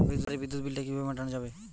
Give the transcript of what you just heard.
বাড়ির বিদ্যুৎ বিল টা কিভাবে মেটানো যাবে?